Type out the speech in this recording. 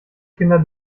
kinder